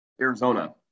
Arizona